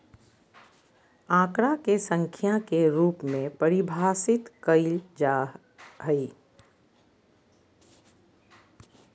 आंकड़ा के संख्या के रूप में परिभाषित कइल जा हइ